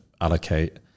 allocate